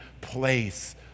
place